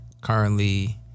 Currently